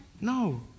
no